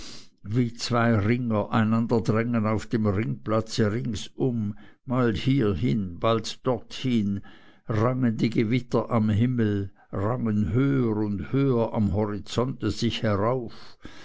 wie zwei ringer einander drängen auf dem ringplatze ringsum bald hierhin bald dorthin rangen die gewitter am himmel rangen höher und höher am horizonte sich herauf